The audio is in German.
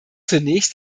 zunächst